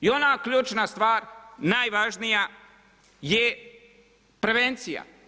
I ona ključna stvar najvažnija je prevencija.